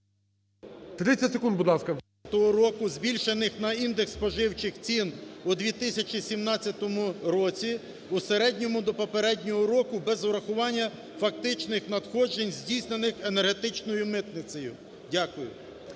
секунд, будь ласка.